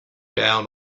down